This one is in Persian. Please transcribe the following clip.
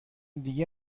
دیگه